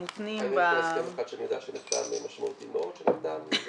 מותנים ב- ---- הסכם אחד משמעותי מאוד שנחתם --- ממתין